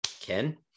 Ken